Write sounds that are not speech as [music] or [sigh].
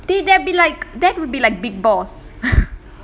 dey that would be like that would be like Bigg Boss [noise]